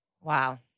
Wow